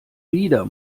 wieder